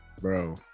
bro